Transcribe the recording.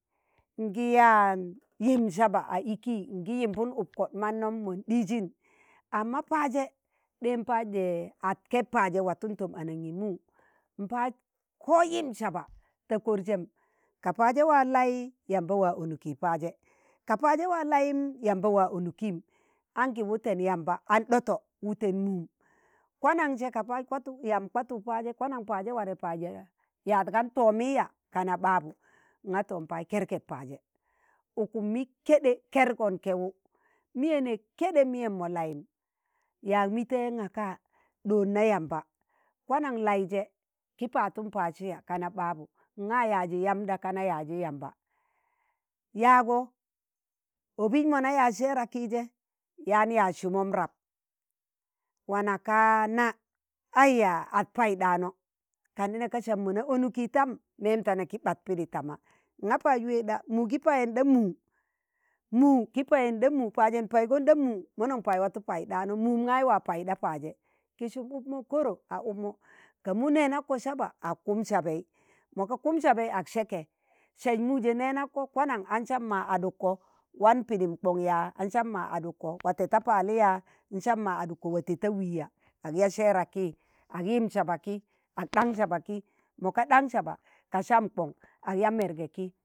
ngi yaan yim saba a iki ngi yimbụn uk ko manno mọn ɗijin, amma paaje ɗem paaj ɗe ad kẹb paje watun tom anangimu, mpaaj ko yim saba ta korsem ka paaje wa lai yamba waa onuki paaje ka paaje waa layim, yamba waa onukim anki wuten yamba an ɗoto wuten mum, kwanan se ka paaj kwatuk yam kwatuk paaje, kwanan paaje ware paaje yaad kan toomi ya? kana ɓabu, nga to paaj kẹrkẹb paaje ukum mi keɗe kergon kẹwu, miye ne kẹɗe miyem mo layim, yaag mite ngaka ɗonna yamba kwanan laije kin pạaɗtu pạaɗsi ya? kana ɓabu, nga yạaji yamb ɗa? kana yaaji yamba. yaago, obis mọna yaaz sẹẹra kije yaan yaaz sumon rab, wana kaa na aiya at paiɗano, tak ɗa ne ka̱ sam mo na onuki tam mem tane ki ɓaɗ pidi tama nga paaj weeg ɗa muki payinɗa mu̱u, mu ki payinɗa mu, pạaje npaigon ɗa mu, monon paaj watu paiɗano, mum ngai waa paiɗa paaje, ki sum uk mọ koro a ukmo, ka mu nenako saba ag kum sabai mo ka kum sạbai ak sạke sạs muje nenanko kwanon an sam ma adukko wan pidim kon yaa? n'sam mo waa adukko wa ted ta palị ya? n'sam mo waa adukko wa tẹd ta wịi ya? ag yaa sẹẹra ki ak yim saba ki ak ɗang saba ki moka ɗaṇ saba ka sam kon ak ya merge ki.